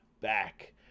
back